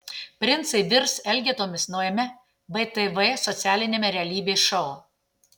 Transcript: princai virs elgetomis naujame btv socialiniame realybės šou